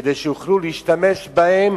כדי שיוכלו להשתמש בהם